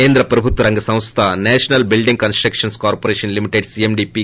కేంద్ర ప్రభుత్వ రంగ సంస్థ national building constructions corporation limited CMD P